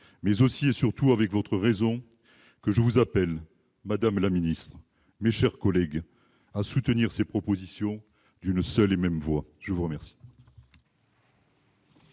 mais aussi et surtout avec votre raison, que je vous appelle, mes chers collègues, à soutenir ces propositions d'une seule et même voix. Je mets aux voix